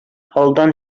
алдан